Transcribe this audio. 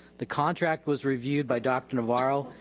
the contract was reviewed by dr. navarro,